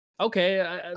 Okay